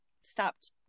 stopped